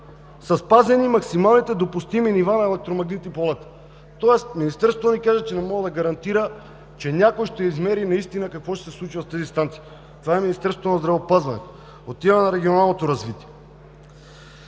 спазени максималните допустими нива на електромагнитно поле“, тоест Министерството да ни каже, че не може да гарантира, че някой ще измери наистина какво ще се случи в тези станции. Това е Министерството на здравеопазването, отиваме на Регионалното развитие.